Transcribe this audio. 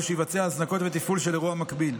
שיבצע הזנקות ותפעול אירוע מקבילים.